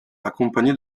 accompagné